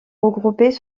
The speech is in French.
regroupés